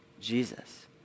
Jesus